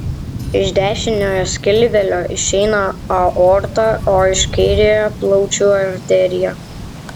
iš dešiniojo skilvelio išeina aorta o iš kairiojo plaučių arterija